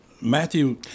Matthew